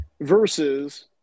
versus